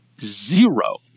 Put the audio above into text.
zero